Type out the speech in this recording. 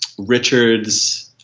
richard's,